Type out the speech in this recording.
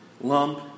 lump